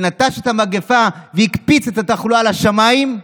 שנטש את המגפה והקפיץ את התחלואה לשמיים,